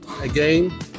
again